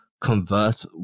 convert